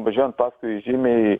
važiuojant paskui žymiai